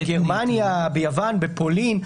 בגרמניה, ביוון, בפולין.